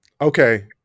okay